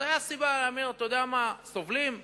אז היתה סיבה להגיד: סובלים?